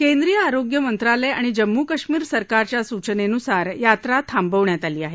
केंद्रीय आरोग्य मंत्रालय आणि जम्मू कश्मीर सरकारच्या सूचनेनुसार यात्रा थांबवण्यात आली आहे